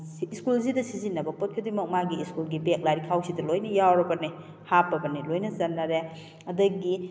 ꯁ꯭ꯀꯨꯜꯁꯤꯗ ꯁꯤꯖꯤꯟꯅꯕ ꯄꯣꯠ ꯈꯨꯗꯤꯡꯃꯛ ꯃꯥꯒꯤ ꯁ꯭ꯀꯨꯜꯒꯤ ꯕꯦꯒ ꯂꯥꯏꯔꯤꯛ ꯈꯥꯎꯁꯤꯗ ꯂꯣꯏꯅ ꯌꯥꯎꯔꯕꯅꯤ ꯍꯥꯞꯄꯕꯅꯤ ꯂꯣꯏꯅ ꯆꯟꯅꯔꯦ ꯑꯗꯒꯤ